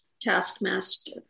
taskmaster